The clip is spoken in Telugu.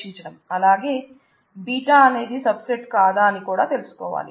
అలాగే β అనేది సబ్ సెటా కాదా అని కూడా తెలుసుకోవాలి